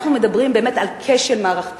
אנחנו מדברים באמת על כשל מערכתי,